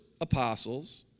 Apostles